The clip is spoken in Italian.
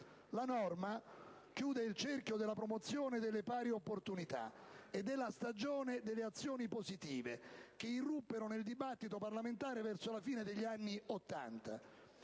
La normativa chiude il cerchio della promozione delle pari opportunità e della stagione delle azioni positive che irruppero nel dibattito parlamentare verso la fine degli anni Ottanta.